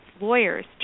lawyers